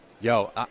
yo